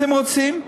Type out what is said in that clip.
אתם רוצים,